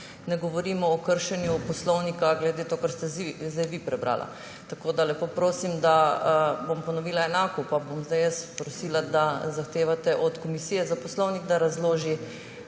Ne govorimo o kršenju poslovnika glede tega, kar ste zdaj vi prebrali. Tako da lepo prosim, bom ponovila enako pa bom zdaj jaz prosila, da zahtevate od Komisije za poslovnik, da razloži